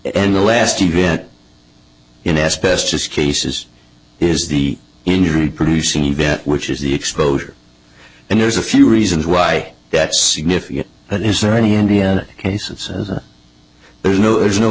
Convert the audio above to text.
end the last event in asbestos cases is the injury producing event which is the exposure and there's a few reasons why that's significant but is there any indiana case it says there's no there's no